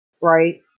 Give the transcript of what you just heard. right